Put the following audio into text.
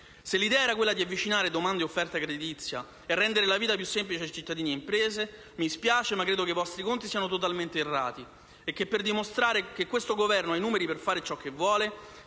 Se l'idea era quella di avvicinare domanda ed offerta creditizia e rendere la vita più semplice a cittadini e imprese, mi spiace, ma credo che i vostri conti siano totalmente errati e che, per dimostrare che questo Governo ha i numeri per fare ciò che vuole,